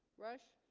rush